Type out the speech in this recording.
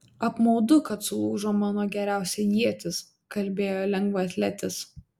apmaudu kad sulūžo mano geriausia ietis kalbėjo lengvaatletis